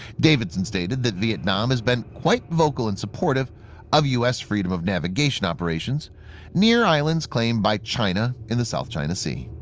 davidson stated that vietnam has been quite vocal and supportive of u s. freedom-of-navigation operations near islands claimed by china in the south china sea.